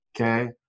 okay